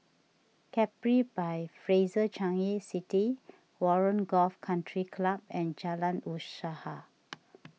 Capri by Fraser Changi City Warren Golf Country Club and Jalan Usaha